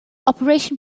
operation